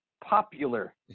popular